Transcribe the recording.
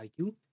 IQ